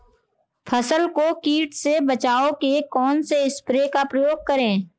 फसल को कीट से बचाव के कौनसे स्प्रे का प्रयोग करें?